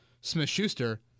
Smith-Schuster